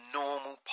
normal